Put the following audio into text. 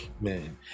man